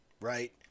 right